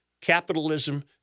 capitalism